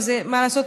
ומה לעשות,